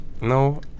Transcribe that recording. no